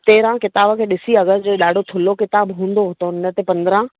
तेरहं किताब खे ॾिसी अगरि जो ॾाढो थुल्हो किताब हूंदो त हुन ते पंद्राहं